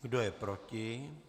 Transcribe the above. Kdo je proti?